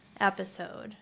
episode